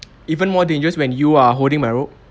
even more dangerous when you are holding my rope